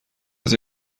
است